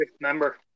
member